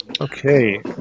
Okay